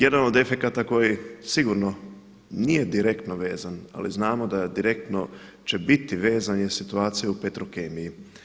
Jedan od efekata koji sigurno nije direktno vezan, ali znamo da direktno će biti vezan je situacija u Petrokemiji.